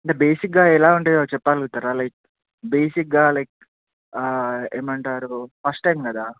అంటే బేసిక్గా ఎలా ఉంటాయో చెప్పగలుగుతారా లైక్ బేసిక్గా లైక్ ఏమంటారు ఫస్ట్ టైమ్ కదా